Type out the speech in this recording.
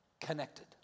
connected